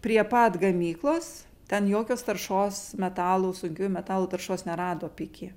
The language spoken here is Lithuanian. prie pat gamyklos ten jokios taršos metalų sunkiųjų metalų taršos nerado piky